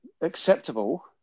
acceptable